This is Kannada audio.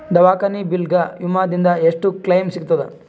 ದವಾಖಾನಿ ಬಿಲ್ ಗ ವಿಮಾ ದಿಂದ ಎಷ್ಟು ಕ್ಲೈಮ್ ಸಿಗತದ?